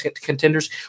contenders